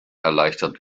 erleichtert